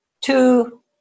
two